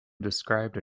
described